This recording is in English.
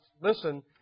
listen